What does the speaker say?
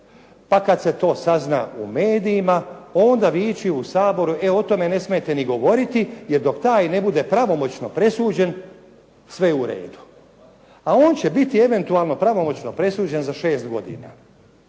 Pa kada se to sazna u medijima, onda viči u Saboru e o tome ne smijete ni govoriti, jer dok taj ne bude pravomoćno presuđen, sve je uredu. A on će biti eventualno pravomoćno presuđen za 6 godina,